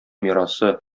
мирасы